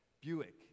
Buick